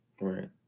right